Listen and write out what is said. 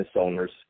owners